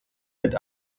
mit